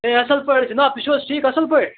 اَے اَصٕل پٲٹھۍ جناب تُہۍ چھُو حظ ٹھیٖک اَصٕل پٲٹھۍ